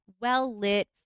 well-lit